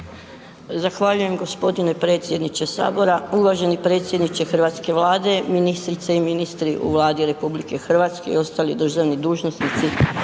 Zahvaljujem g. predsjedniče Sabora, uvaženi predsjedniče Hrvatske Vlade, ministrice i ministri u Vladi RH i ostali državni dužnosnici.